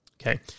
Okay